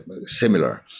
similar